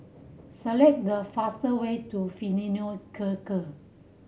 select the fast way to Fidelio Circus